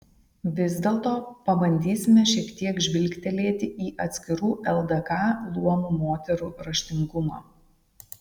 vis dėlto pabandysime šiek tiek žvilgtelėti į atskirų ldk luomų moterų raštingumą